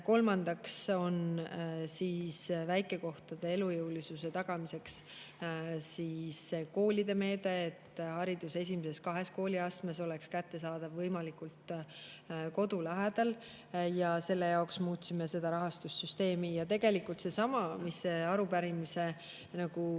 Kolmandaks on väikekohtade elujõulisuse tagamiseks koolide meede, et haridus esimeses kahes kooliastmes oleks kättesaadav võimalikult kodu lähedal. Selle jaoks me muutsime rahastussüsteemi – tegelikult sedasama, millest see arupärimine on